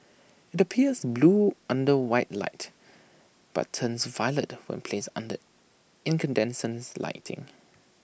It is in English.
IT appears blue under white light but turns violet when placed under incandescent lighting